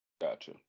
Gotcha